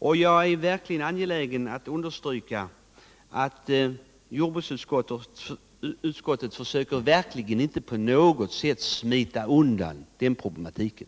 Jag är angelägen att understryka att jordbruksutskottet verkligen inte på något sätt försöker smita undan den problematiken.